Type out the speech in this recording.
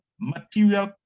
material